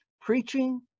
Preaching